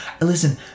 Listen